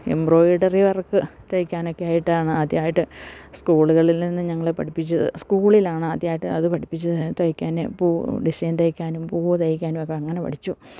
embroidery work തയ്ക്കാനൊക്കെയായിട്ടാണ് ആദ്യമായിട്ട് സ്കൂളുകളിൽ നിന്ന് ഞങ്ങളെ പഠിപ്പിച്ചത് സ്കൂളിലാണ് ആദ്യമായിട്ട് അത് പഠിപ്പിച്ചു തയ്ക്കാന് പൂ ഡിസൈൻ തയ്ക്കാനും പൂവ് തയ്ക്കാനുമൊക്കെ അങ്ങനെ പഠിച്ചു